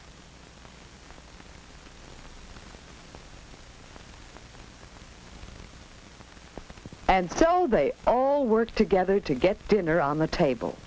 and so they all work together to get dinner on the table